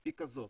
היא כזאת,